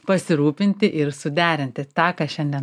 pasirūpinti ir suderinti tą ką šiandien